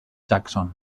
jackson